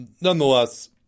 nonetheless